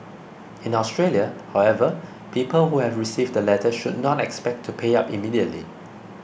in Australia however people who have received the letters should not expect to pay up immediately